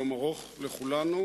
יום ארוך לכולנו,